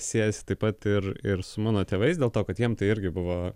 siejasi taip pat ir ir su mano tėvais dėl to kad jiem tai irgi buvo